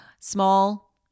Small